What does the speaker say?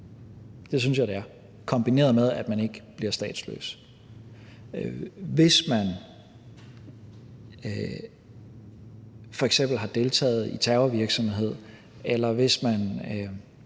det er, og at det er kombineret med, at man ikke bliver statsløs. Hvis man f.eks. har deltaget i terrorvirksomhed, eller hvis man